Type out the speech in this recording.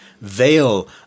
veil